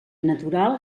natural